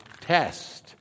test